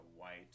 white